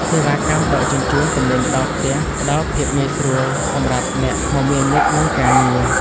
សេវាកម្មដឹកជញ្ជូនទំនិញដល់ផ្ទះផ្ដល់ភាពងាយស្រួលសម្រាប់អ្នកមមាញឹកនឹងការងារ។